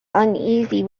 uneasy